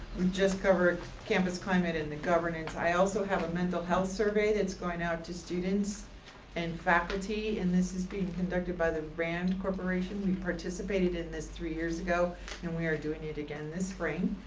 we just covered campus climate and the governance. i also have a mental health survey that is going out to students and faculty, and this is being conducted by the rand corporation. we participated in this three years ago and we are doing it again in the spring.